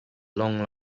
long